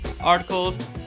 articles